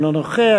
אינו נוכח,